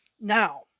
Now